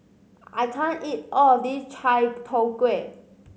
I can't eat all of this Chai Tow Kuay